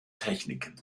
techniken